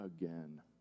again